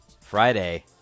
Friday